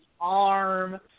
arm